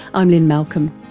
i'm lynne malcolm.